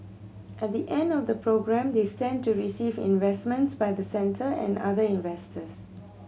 at the end of the programme they stand to receive investments by the centre and other investors